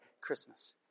Christmas